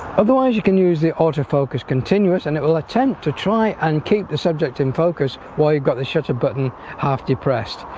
otherwise you can use the autofocus continuous and it will attempt to try and keep the subject in focus while you've got the shutter button half depressed